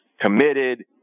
committed